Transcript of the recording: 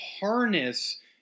harness